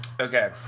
Okay